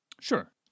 Sure